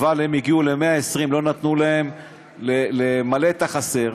אבל הם הגיעו ל-120, לא נתנו להם למלא את החסר.